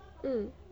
mm